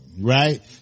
Right